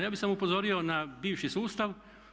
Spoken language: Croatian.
Ja bih samo upozorio na bivši sustav.